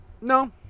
No